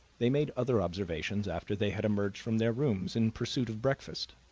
they made other observations after they had emerged from their rooms in pursuit of breakfast